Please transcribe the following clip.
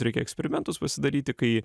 reikia eksperimentus pasidaryti kai